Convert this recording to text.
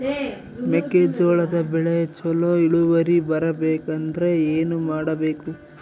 ಮೆಕ್ಕೆಜೋಳದ ಬೆಳೆ ಚೊಲೊ ಇಳುವರಿ ಬರಬೇಕಂದ್ರೆ ಏನು ಮಾಡಬೇಕು?